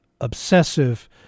obsessive